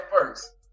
first